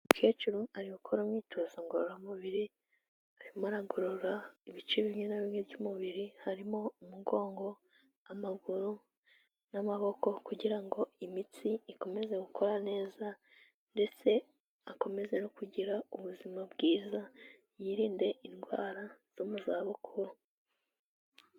Umukecuru ari gukora umwitozo ngororamubiri, arimo aragorora ibice bimwe na bimwe by'umubiri harimo umugongo, amaguru n'amaboko kugira ngo imitsi ikomeze gukora neza, ndetse akomeze no kugira ubuzima bwiza yirinde indwara zo mu zabukuru.